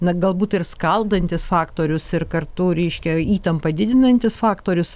na galbūt ir skaldantis faktorius ir kartu reiškia įtampą didinantis faktorius